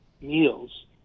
meals